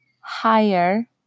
higher